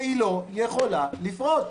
שהיא לא יכולה לפרוש.